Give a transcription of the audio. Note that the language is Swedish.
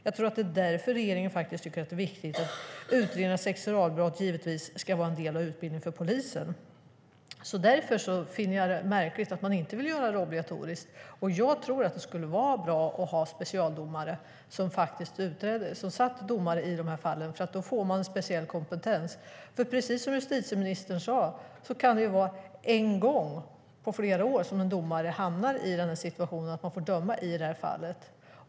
Jag tror att det är därför regeringen tycker att det är viktigt att utredning av sexualbrott ska vara en given del av utbildningen för polisen. Därför finner jag det märkligt att man inte vill göra det obligatoriskt. Jag tror att det skulle vara bra att ha specialdomare i de här fallen. Då får man speciell kompetens. Precis som justitieministern sade kan det vara en gång på flera år som en domare hamnar i situationen att man ska döma i ett sådant fall.